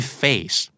face